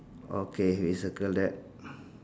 okay we circle that